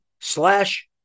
slash